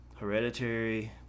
Hereditary